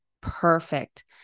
perfect